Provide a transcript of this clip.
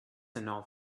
enough